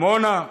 עמונה,